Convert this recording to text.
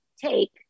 take